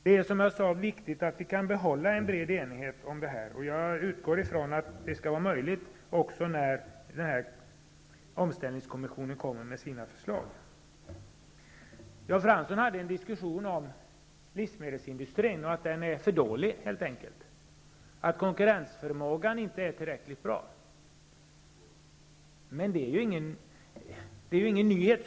Det är, som jag sade, viktigt att vi kan behålla en bred enighet om det här, och jag utgår ifrån att det skall vara möjligt också när omställningskommissionen kommer med sina förslag. Jan Fransson förde en diskussion om livsmedelsindustrin och sade att den helt enkelt är för dålig, att dess konkurrensförmåga inte är tillräckligt bra. Men det är ju ingen nyhet.